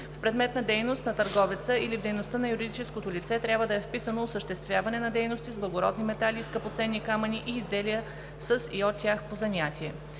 В предмета на дейност на търговеца или в дейността на юридическото лице трябва да е вписано осъществяване на дейности с благородни метали и скъпоценни камъни и изделия със и от тях по занятие.